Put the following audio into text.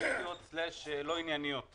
פוליטיות/לא ענייניות.